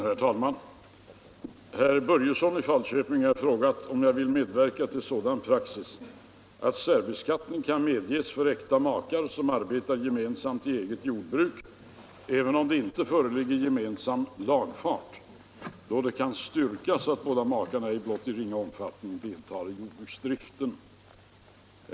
Herr talman! Herr Börjesson i Falköping har frågat mig om jag vill medverka till sådan praxis, att särbeskattning kan medges för äkta makar som arbetar gemensamt i eget jordbruk även om det inte föreligger gemensam lagfart, då det kan styrkas att båda makarna ej blott i ringa omfattning deltagit i jordbruksdriften.